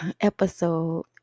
episode